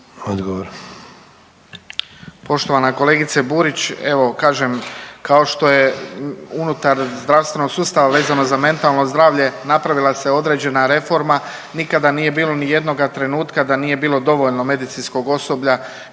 (HDZ)** Poštovana kolegice Burić, evo kažem kao što je unutar zdravstvenog sustava vezano za mentalno zdravlje napravila se određena reforma. Nikada nije bilo ni jednoga trenutka da nije bilo dovoljno medicinskog osoblja